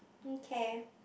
okay